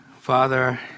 Father